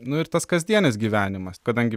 nu ir tas kasdienis gyvenimas kadangi